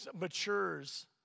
matures